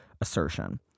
assertion